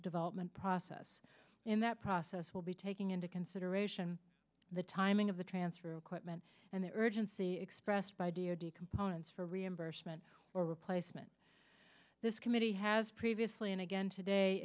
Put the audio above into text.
development process in that process will be taking into consideration the timing of the transfer equipment and the urgency expressed by d o t components for reimbursement or replacement this committee has previously and again today